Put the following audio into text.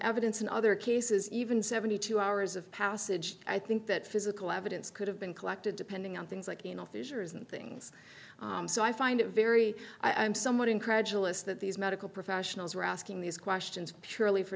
evidence in other cases even seventy two hours of passage i think that physical evidence could have been collected depending on things like you know fissures and things so i find it very i'm somewhat incredulous that these medical professionals were asking these questions purely for